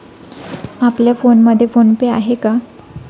आपल्या फोनमध्ये PhonePe आहे का?